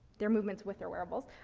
their movements with their wearables,